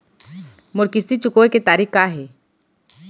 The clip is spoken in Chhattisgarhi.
मोर किस्ती चुकोय के तारीक का हे?